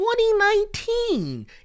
2019